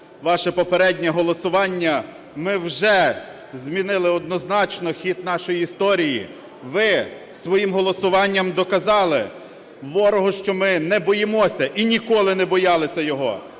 ваше попереднє голосування. Ми вже змінили однозначно хід нашої історії. Ви своїм голосуванням доказали ворогу, що ми не боїмося і ніколи не боялися його,